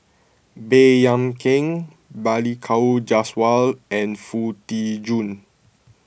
Baey Yam Keng Balli Kaur Jaswal and Foo Tee Jun